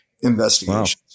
investigations